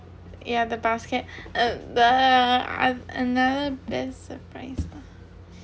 yeah the basket uh the ah another best surprise uh